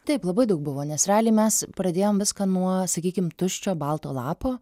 taip labai daug buvo nes realiai mes pradėjom viską nuo sakykim tuščio balto lapo